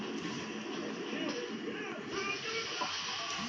संपत्ति, भवन, गाड़ी अउरी घोड़ा सामान्य सम्पत्ति के पट्टा पर दीहल जाला